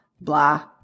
blah